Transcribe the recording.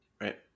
Right